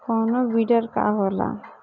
कोनो बिडर का होला?